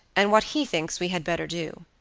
and what he thinks we had better do.